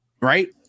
right